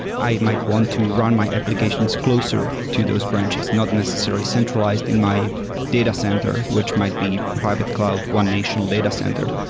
i might want to run my applications closer to those branches, not necessarily centralized in my data center, which might be private cloud one national data center,